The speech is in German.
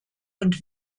und